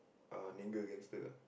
ah gangster ah